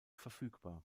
verfügbar